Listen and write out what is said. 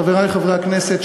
חברי חברי הכנסת,